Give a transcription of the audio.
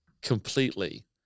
completely